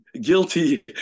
guilty